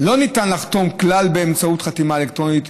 לא ניתן לחתום כלל באמצעות חתימה אלקטרונית.